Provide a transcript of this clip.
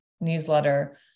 newsletter